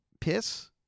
piss